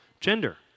Gender